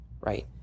right